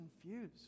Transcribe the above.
confused